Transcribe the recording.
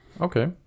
Okay